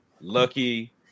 lucky